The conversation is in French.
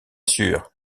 sûr